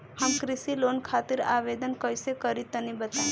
हम कृषि लोन खातिर आवेदन कइसे करि तनि बताई?